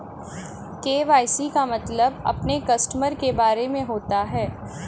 KYC का मतलब अपने कस्टमर के बारे में होता है